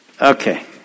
Okay